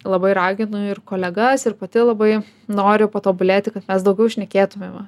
labai raginu ir kolegas ir pati labai noriu patobulėti kad mes daugiau šnekėtumėme